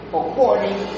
according